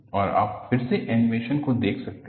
और आप फिर से एनीमेशन को देख सकते हैं